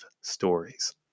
stories